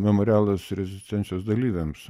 memorialas rezistencijos dalyviams